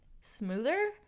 smoother